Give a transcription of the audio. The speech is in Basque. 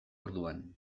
orduan